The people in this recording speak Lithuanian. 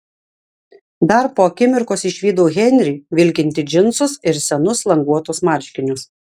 dar po akimirkos išvydau henrį vilkintį džinsus ir senus languotus marškinius